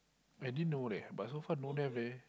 I didn't know leh but so far don't have leh